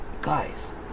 Guys